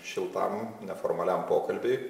šiltam neformaliam pokalbiui